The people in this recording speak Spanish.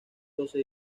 doce